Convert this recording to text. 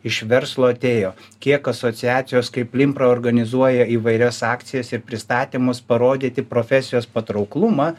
iš verslo atėjo kiek asociacijos kaip linpra organizuoja įvairias akcijas ir pristatymus parodyti profesijos patrauklumą